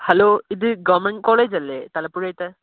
hello ഇത് government കൊളേജല്ലേ തലപ്പുഴയിൽത്തെ